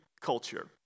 culture